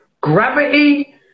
gravity